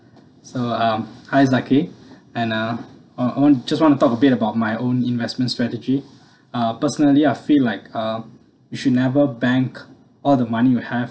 so um hi zaki and uh I want I want to just talk a bit about my own investment strategy uh personally I feel like uh you should never bank all the money you have